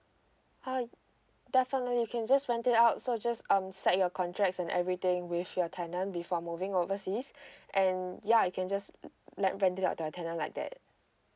uh definitely you can just rent it out so just um set your contracts and everything with your tenant before moving overseas and ya you can just let rent it out to your tenant like that